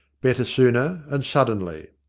better sooner, and suddenly.